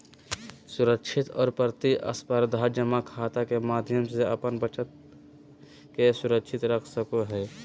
सुरक्षित और प्रतिस्परधा जमा खाता के माध्यम से अपन बचत के सुरक्षित रख सको हइ